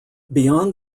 behind